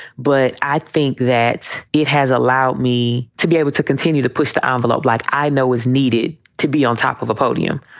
but i think that it has allowed me to be able to continue to push the envelope like i know is needed to be on top of the podium.